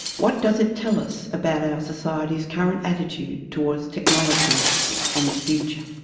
what does it tell us about our society's current attitude towards technology and the future?